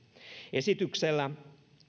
esityksellä